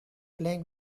playing